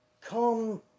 come